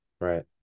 Right